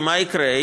כי מה יקרה?